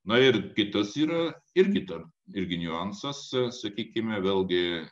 na ir kitos yra ir irgi dar irgi niuansas sakykime vėlgi